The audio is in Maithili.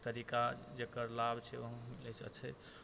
तरीका जकर लाभ छै ओ अहूलएसँ छै